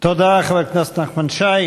תודה, חבר הכנסת נחמן שי.